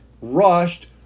rushed